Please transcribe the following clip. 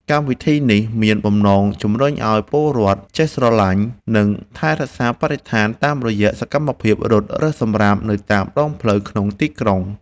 កម្មវិធីនេះមានបំណងជំរុញឱ្យពលរដ្ឋចេះស្រឡាញ់ និងថែរក្សាបរិស្ថានតាមរយៈសកម្មភាពរត់រើសសំរាមនៅតាមដងផ្លូវក្នុងទីក្រុង។